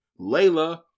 Layla